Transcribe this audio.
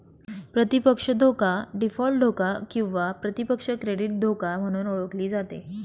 प्रतिपक्ष धोका डीफॉल्ट धोका किंवा प्रतिपक्ष क्रेडिट धोका म्हणून ओळखली जाते